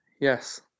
Yes